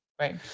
Right